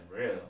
real